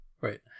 right